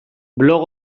blog